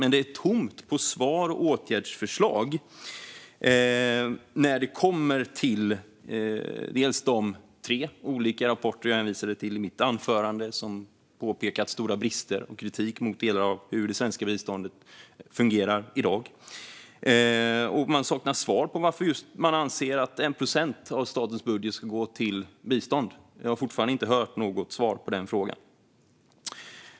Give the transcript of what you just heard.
Men det är tomt på svar och åtgärdsförslag när det kommer till de tre olika rapporter jag hänvisade till i mitt anförande, där det påpekas stora brister och framförs kritik mot hur delar av det svenska biståndet fungerar i dag. Man saknar svar på varför man anser att just 1 procent av statens budget ska gå till bistånd. Jag har fortfarande inte hört något svar på den frågan.